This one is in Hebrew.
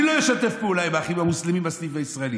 אני לא אשתף פעולה עם האחים המוסלמים בסניף הישראלי.